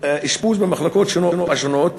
אשפוז במחלקות השונות,